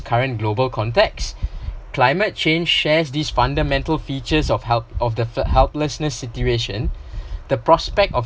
current global context climate change shares this fundamental features of help of the third helplessness situation the prospect of